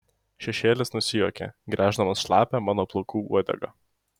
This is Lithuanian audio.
šešėlis nusijuokė gręždamas šlapią mano plaukų uodegą